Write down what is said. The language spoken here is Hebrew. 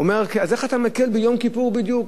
איך אתה מקל ביום כיפור בדיוק?